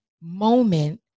moment